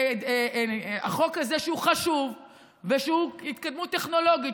שהוא חשוב ושהוא התקדמות טכנולוגית,